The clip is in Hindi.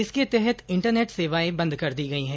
इसके तहत इंटरनेट सेवाए बंद कर दी गई हैं